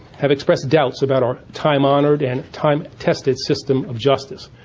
have expressed doubts about our time-honoured and time-tested system of justice.